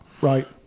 right